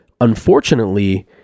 unfortunately